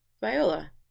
Viola